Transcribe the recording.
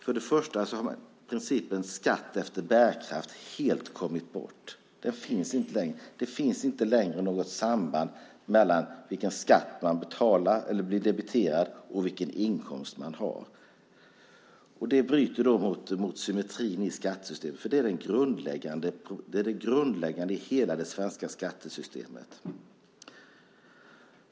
För det första har principen skatt efter bärkraft helt kommit bort. Den finns inte längre. Det finns inte längre något samband mellan vilken skatt man blir debiterad och vilken inkomst man har. Det bryter mot symmetrin i skattesystemet. Det är det grundläggande i hela det svenska skattesystemet.